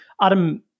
Adam